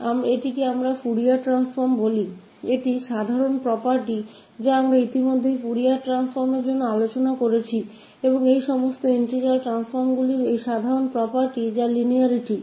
और यह सामान्य गुण है जिस पर हम पहले ही फूरियर रूपांतरण के लिए चर्चा कर चुके हैं और इन सभी इंटीग्रल ट्रांफॉर्म में यह सामान्य गुण लिनियेरिटी है